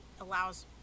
allows